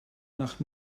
nach